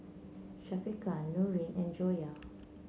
Syafiqah Nurin and Joyah